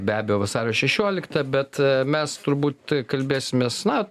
be abejo vasario šešiolikta bet mes turbūt kalbėsimės na